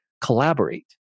collaborate